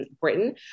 Britain